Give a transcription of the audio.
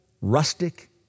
rustic